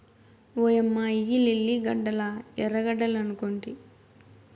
ఓయమ్మ ఇయ్యి లిల్లీ గడ్డలా ఎర్రగడ్డలనుకొంటి